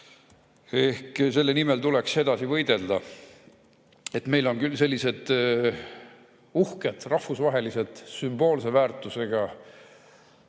museaale. Siin tuleks edasi võidelda. Meil on küll sellised uhked rahvusvahelised sümboolse väärtusega